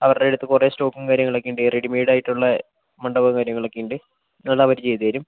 അവരുടെ അടുത്ത് കുറേ സ്റ്റോക്കും കാര്യങ്ങളൊക്കെയുണ്ട് റെഡിമേയ്ഡ് ആയിട്ടുള്ള മണ്ഡപവും കാര്യങ്ങളൊക്കെയുണ്ട് അതെല്ലാം അവര് ചെയ്തു തരും